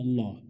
Allah